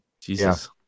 Jesus